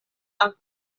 are